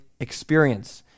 experience